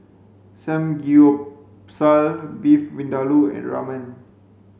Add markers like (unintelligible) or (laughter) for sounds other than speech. (unintelligible) Beef Vindaloo and Ramen